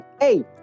hey